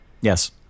yes